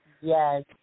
Yes